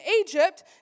Egypt